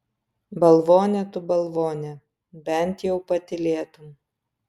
balvone tu balvone bent jau patylėtum